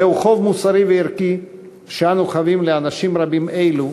זהו חוב מוסרי וערכי שאנו חבים לאנשים רבים אלו,